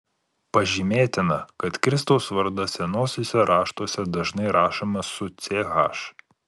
pažymėtina kad kristaus vardas senuosiuose raštuose dažnai rašomas su ch